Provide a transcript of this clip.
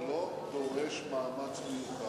זה לא דורש מאמץ מיוחד.